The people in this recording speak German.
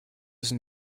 sind